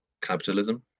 capitalism